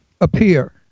appear